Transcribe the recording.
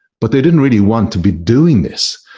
but they didn't really want to be doing this.